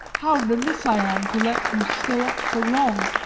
how remiss i am to let you stay up so long.